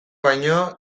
baino